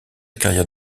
carrière